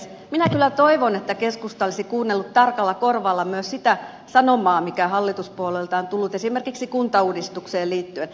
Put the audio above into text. minä kyllä toivon että keskusta olisi kuunnellut tarkalla korvalla myös sitä sanomaa mikä hallituspuolueilta on tullut esimerkiksi kuntauudistukseen liittyen